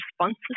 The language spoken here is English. responses